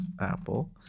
Apple